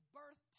birth